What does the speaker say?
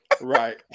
Right